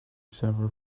server